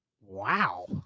Wow